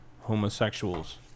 homosexuals